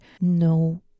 no